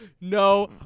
no